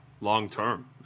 long-term